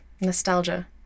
Nostalgia